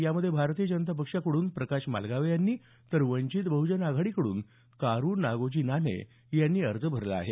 यात भारतीय जनता पक्षाकडून प्रकाश मालगावे यांनी तर वंचित बहुजन आघाडीकडून कारु नागोजी नान्हे यांनी अर्ज भरला आहे